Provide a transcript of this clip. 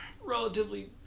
relatively